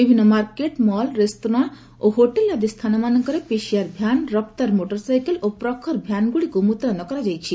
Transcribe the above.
ବିଭିନ୍ନ market mall restaurant ଓ hotel ଆଦି ସ୍ଥାନମାନଙ୍କରେ ପିସିଆର୍ ଭ୍ୟାନ୍ ରପ୍ତାର ମୋଟର ସାଇକେଲ୍ ଓ ପ୍ରଖର ଭ୍ୟାନ୍ଗୁଡ଼ିକୁ ମୁତୟନ କରାଯାଇଛି